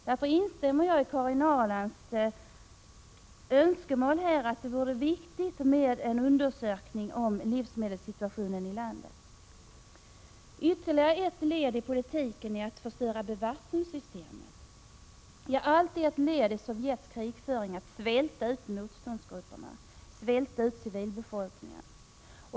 Därför instämmer jag i Karin Ahrlands uppfattning att det vore viktigt med en undersökning av livsmedelssituationen i landet. Ytterligare ett led i politiken är att förstöra bevattningssystemet. Ja, allt är ett led i Sovjets krigföring att svälta ut motståndsgrupperna, att svälta ut civilbefolkningen.